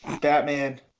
Batman